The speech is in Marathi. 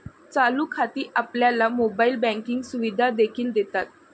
चालू खाती आपल्याला मोबाइल बँकिंग सुविधा देखील देतात